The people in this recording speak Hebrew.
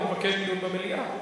הוא מבקש דיון במליאה.